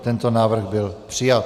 Tento návrh byl přijat.